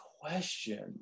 question